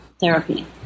therapy